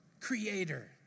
creator